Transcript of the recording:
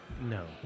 no